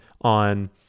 on